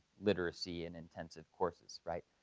literacy in intensive courses, right?